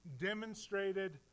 demonstrated